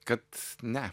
kad ne